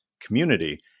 community